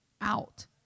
out